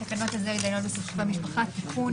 טיוטת תקנות להסדר התדיינויות בסכסוכי משפחה (תיקון),